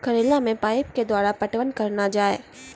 करेला मे पाइप के द्वारा पटवन करना जाए?